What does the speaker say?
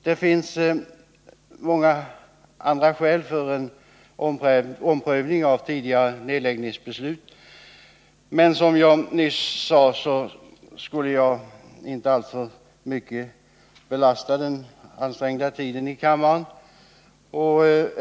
Det finns många andra skäl för en omprövning av tidigare nedläggningsbeslut, men som jag nyss sade skall jag inte alltför mycket belasta den redan hårt ansträngda kammaren.